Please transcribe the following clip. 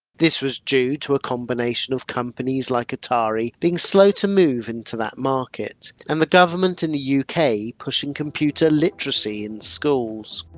this was due to a combination of companies like atari being slow to move into that market, and the government in the yeah uk pushing computer literacy in schools.